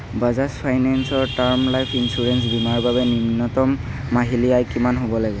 বাজাজ ফাইনেন্সৰ term life insurance বীমাৰ বাবে নিম্নতম মাহিলী আয় কিমান হ'ব লাগে